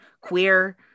queer